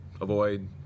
avoid